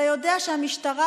אתה יודע שהמשטרה,